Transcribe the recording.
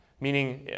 meaning